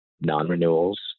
non-renewals